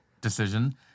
decision